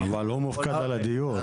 אבל הוא מופקד על הדיור.